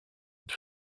het